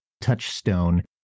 touchstone